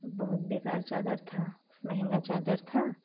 बहुत बेकार चादर थी महंगा चादर थी